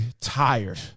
tired